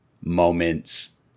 moments